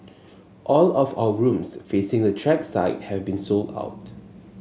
all of our rooms facing the track side have been sold out